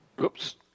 Oops